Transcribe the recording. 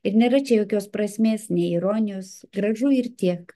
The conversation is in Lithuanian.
ir nėra čia jokios prasmės nei ironijos gražu ir tiek